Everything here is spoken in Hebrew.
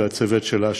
והצוות שלה,